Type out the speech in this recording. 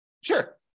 Sure